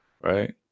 Right